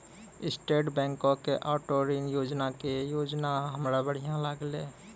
state बैंको के auto ऋण योजना के योजना हमरा बढ़िया लागलै